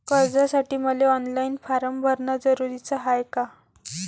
कर्जासाठी मले online form भरन जरुरीच हाय का?